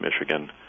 Michigan